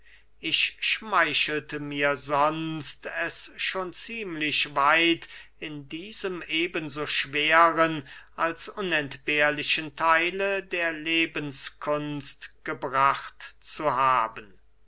ich schmeichelte mir sonst es schon ziemlich weit in diesem eben so schweren als unentbehrlichen theile der lebenskunst gebracht zu haben